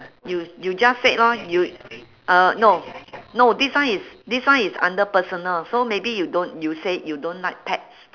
you you just said lor you uh no no this one is this one is under personal so maybe you don't you say you don't like pets